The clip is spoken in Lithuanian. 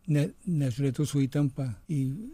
net nežiūrėtų su įtampa į